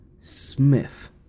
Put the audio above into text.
Smith